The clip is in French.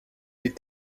est